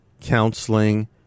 counseling